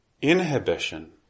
Inhibition